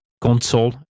console